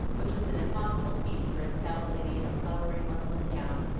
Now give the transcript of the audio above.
which was an impossible feat for a stout lady in a flowery muslin gown,